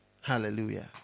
Hallelujah